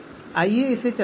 आइए इसे चलाते हैं